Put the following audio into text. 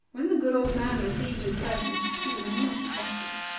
when the good old man received his present, he was much affected.